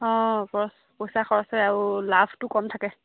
অঁ খৰচ পইচা খৰচে আৰু লাভটো কম থাকে